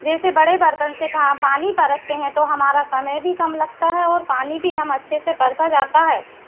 जैसे बड़े बर्तन से पा पानी परोसते हैं तो हमारा समय भी कम लगता है और पानी भी हम अच्छे से परोसा जाता है